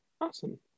Awesome